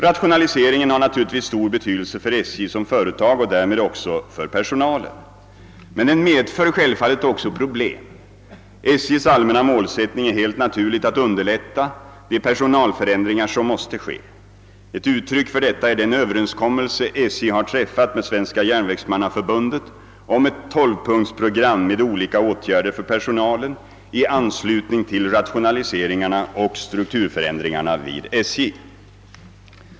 Rationaliseringen har naturligtvis stor betydelse för SJ som företag och därmed också för personalen. Men den medför självfallet också problem. SJ:s allmänna målsättning är helt naturligt att underlätta de personalförändringar som måste ske. Ett uttryck för detta är den överenskommelse SJ har träffat med Svenska järnvägsmannaförbundet om ett 12-punktsprogram med olika åtgärder för personalen i anslutning till rationaliseringarna och = strukturförändringarna vid SJ.